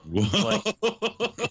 Whoa